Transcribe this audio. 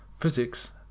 Physics